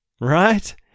Right